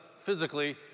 physically